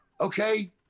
okay